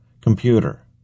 Computer